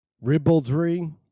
ribaldry